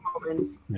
moments